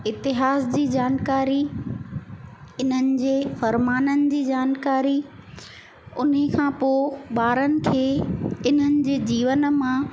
इतिहास जी जानकारी इन्हनि जे फ़र्माननि जी जानकारी उन ई खां पो ॿारनि खे इन्हनि जे जीवन मां